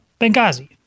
Benghazi